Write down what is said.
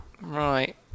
Right